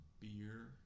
beer